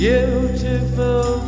Beautiful